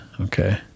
Okay